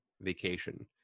vacation